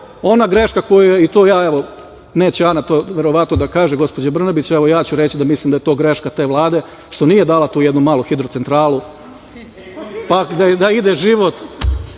ona greška, i to ja, evo, neće Ana to verovatno to da kaže, gospođa Brnabić, evo ja ću reći da mislim da je to greška te Vlade što nije dala tu jednu malu hidrocentralu, pa da ide život.